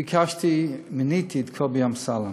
ביקשתי, מיניתי את קובי אמסלם.